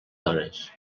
dones